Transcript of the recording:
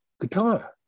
guitar